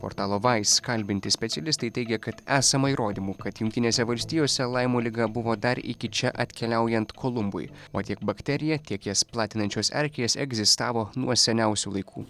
portalo vais kalbinti specialistai teigia kad esama įrodymų kad jungtinėse valstijose laimo liga buvo dar iki čia atkeliaujant kolumbui o tiek bakterija tiek jas platinančios erkės egzistavo nuo seniausių laikų